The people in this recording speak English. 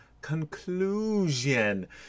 conclusion